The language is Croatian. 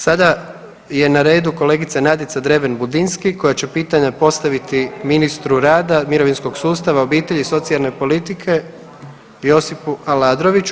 Sada je na redu kolegica Nadica Dreven Budinski koja će pitanja postaviti ministru rada, mirovinskog sustava, obitelji i socijalne politike Josipu Aladroviću.